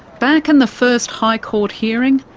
back in the first high court hearing,